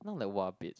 not like [wah] bitch